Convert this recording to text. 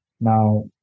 Now